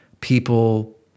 people